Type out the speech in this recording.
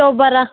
ತೋಬರ